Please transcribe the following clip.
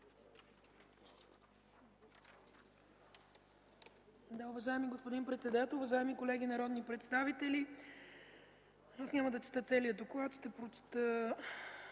Уважаеми господин председател, уважаеми колеги народни представители! Аз няма да чета целия доклад. Ще прочета